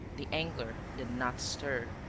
the angler did not stir.